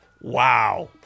Wow